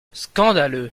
scandaleux